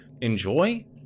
Enjoy